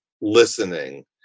listening